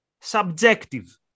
subjective